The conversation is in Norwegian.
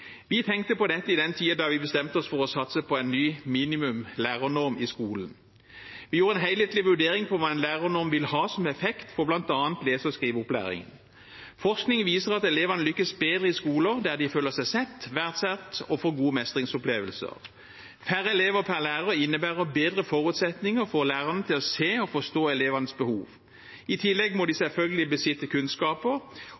Vi tenkte på dette i den tiden da vi bestemte oss for å satse på en ny minimumslærernorm i skolen. Vi gjorde en helhetlig vurdering av hva en lærernorm ville ha som effekt for bl.a. lese- og skriveopplæring. Forskning viser at elevene lykkes bedre i skoler der de føler seg sett, verdsatt og får gode mestringsopplevelser. Færre elever per lærer innebærer bedre forutsetninger for læreren til å se og forstå elevenes behov. I tillegg må de